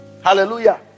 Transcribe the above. Hallelujah